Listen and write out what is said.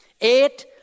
Eight